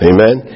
Amen